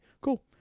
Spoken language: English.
Cool